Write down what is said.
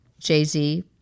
Jay-Z